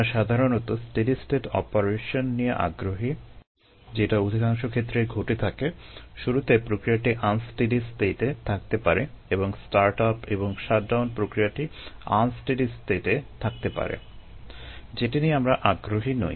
আমরা সাধারণত steady state operation প্রক্রিয়াটি আনস্টেডি স্টেটে থাকতে পারে যেটা নিয়ে আমরা আগ্রহী নই